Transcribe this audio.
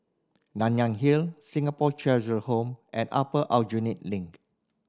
Nanyang Hill Singapore Cheshire Home and Upper Aljunied Link